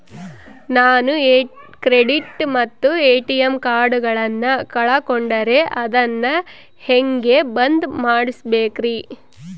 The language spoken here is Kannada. ನಾನು ಕ್ರೆಡಿಟ್ ಮತ್ತ ಎ.ಟಿ.ಎಂ ಕಾರ್ಡಗಳನ್ನು ಕಳಕೊಂಡರೆ ಅದನ್ನು ಹೆಂಗೆ ಬಂದ್ ಮಾಡಿಸಬೇಕ್ರಿ?